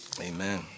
Amen